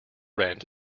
rent